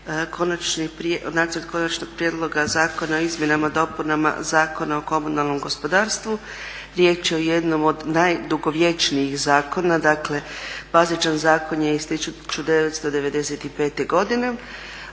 nama je Nacrt konačnog prijedloga zakona o izmjenama i dopunama Zakona o komunalnom gospodarstvu. Riječ je o jednom od najdugovječnijih zakona, dakle bazičan zakon je iz 1995. godine.